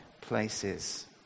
places